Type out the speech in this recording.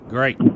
Great